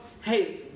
hey